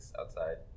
outside